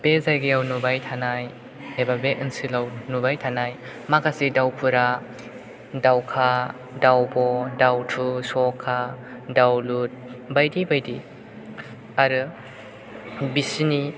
बे जायगायाव नुबाय थानाय एबा बे ओनसोलाव नुबाय थानाय माखासे दाउफोरा दाउखा दाउब' दाउथु सखा दाउलुर बायदि बायदि आरो बिसोरनि